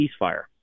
ceasefire